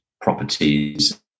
properties